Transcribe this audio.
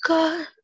God